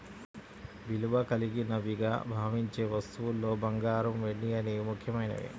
విలువ కలిగినవిగా భావించే వస్తువుల్లో బంగారం, వెండి అనేవి ముఖ్యమైనవి